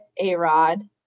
A-Rod